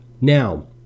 Now